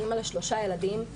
אני אמא לשלושה ילדים,